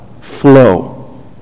flow